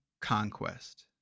Conquest